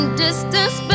distance